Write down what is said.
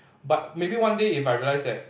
but maybe one day if I realise that